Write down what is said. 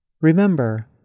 Remember